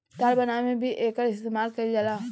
तार बनावे में भी एकर इस्तमाल कईल जाला